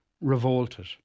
revolted